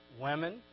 women